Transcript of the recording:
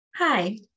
Hi